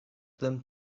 them